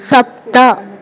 सप्त